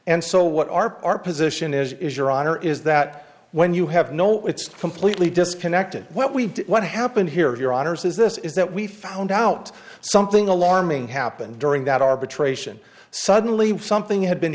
and so what are our position is is your honor is that when you have no it's completely disconnected what we do what happened here rogers is this is that we found out something alarming happened during that arbitration suddenly something had been